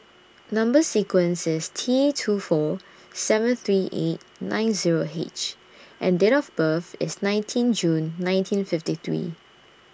Number sequence IS T two four seven three eight nine Zero H and Date of birth IS nineteen June nineteen fifty three